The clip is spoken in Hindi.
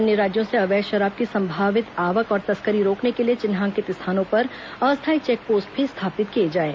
अन्य राज्यों से अवैध शराब की संभावित आवक और तस्करी रोकने के लिए चिन्हांकित स्थानों पर अस्थायी चेक पोस्ट भी स्थापित किए जाएं